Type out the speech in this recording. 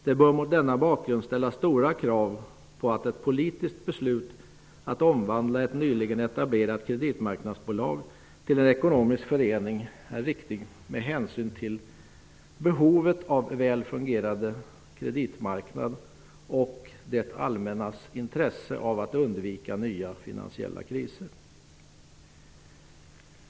Det bör mot denna bakgrund ställas stora krav på att ett politiskt beslut att omvandla ett nyligen etablerat kreditmarknadsbolag till ekonomisk förening är riktigt med hänsyn till behovet av en väl fungerande kreditmarknad och det allmännas intresse av att undvika nya finansiella kriser.